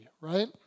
right